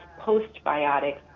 postbiotics